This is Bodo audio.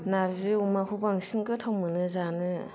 नारजि अमाखौ बांसिन गोथाव मोनो जानो